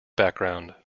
background